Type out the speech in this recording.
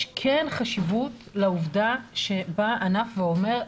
יש כן חשיבות לעובדה שבא הענף ואומר,